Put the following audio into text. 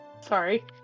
Sorry